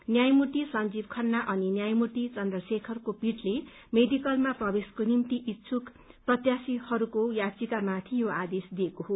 न्यायमूर्ति संजीव खम्रा अनि न्यायमूर्ति घन्द्रशेखरको पीठले मेडिकलमा प्रवेशको निभ्ति इष्युक प्रत्याशीहरूको याधिक्रमाथि यो आदेश दिएको हो